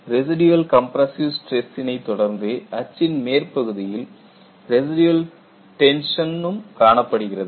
residual compressive stress சினை தொடர்ந்து அச்சின் மேற்பகுதியில் ரெசிடியல் டென்ஷ னும் காணப்படுகிறது